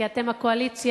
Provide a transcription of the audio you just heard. כי אתם הקואליציה.